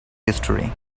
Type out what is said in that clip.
history